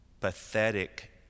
pathetic